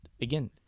again